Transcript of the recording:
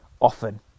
often